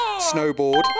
snowboard